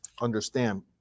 understand